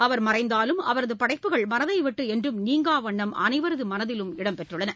அவர் மறைந்தாலும் அவரது படைப்புகள் மனதை விட்டு என்றும் நீங்காவண்ணம் அனைவரது மனதிலும் இடம் பெற்றுள்ளன